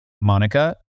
Monica